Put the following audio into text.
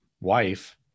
wife